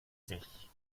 sich